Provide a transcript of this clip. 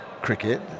cricket